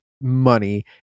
money